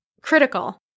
critical